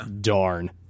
Darn